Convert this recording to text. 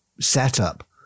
setup